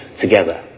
together